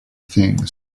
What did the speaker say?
things